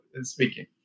speaking